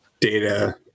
data